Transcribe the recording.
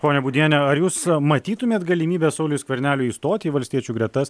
ponia būdiene ar jūs matytumėt galimybę sauliui skverneliui įstot į valstiečių gretas